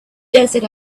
desert